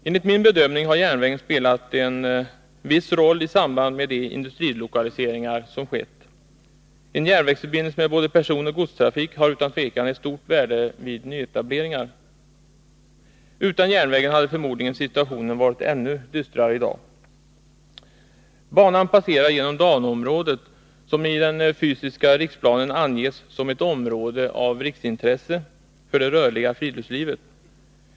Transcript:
Enligt min bedömning har järnvägen spelat en viss roll för de industrilokaliseringar som skett. En järnvägsförbindelse med både personoch godstrafik har utan tvivel ett stort värde vid nyetableringar. Utan järnvägen hade förmodligen situationen i dag varit ännu dystrare. Banan passerar genom DANO-området, som i den fysiska riksplanen anges som ett område av riksintresse för det rörliga friluftslivet.